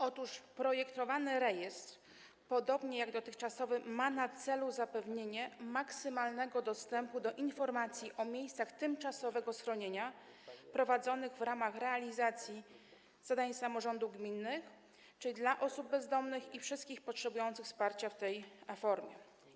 Otóż projektowany rejestr, podobnie jak dotychczasowy, ma na celu zapewnienie maksymalnego dostępu do informacji o miejscach tymczasowego schronienia prowadzonych w ramach realizacji zadań samorządów gminnych, czyli dla osób bezdomnych i wszystkich potrzebujących wsparcia w tej formie.